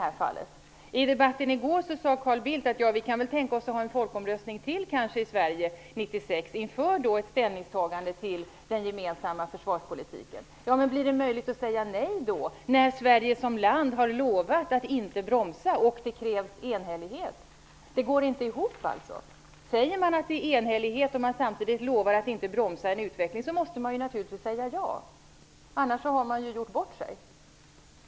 I gårdagens debatt sade Carl Bildt att man kanske kan tänka sig att 1996 ha en folkomröstning till i Sverige inför ett ställningstagande till den gemensamma försvarspolitiken. Men blir det då möjligt att säga nej, när Sverige som land har lovat att inte bromsa och om det krävs enhällighet? Det går inte ihop. Säger man att enhällighet skall krävas och samtidigt lovar att inte bromsa en utveckling, måste man naturligtvis säga ja. Annars har man gjort bort sig.